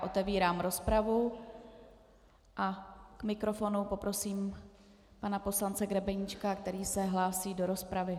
Otevírám rozpravu, K mikrofonu poprosím pana poslance Grebeníčka, který se hlásí do rozpravy.